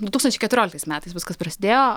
du tūkstančiai keturioliktais metais viskas prasidėjo